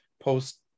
post